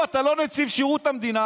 כאילו אתה לא נציב שירות המדינה.